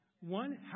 One